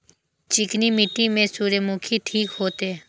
चिकनी मिट्टी में सूर्यमुखी ठीक होते?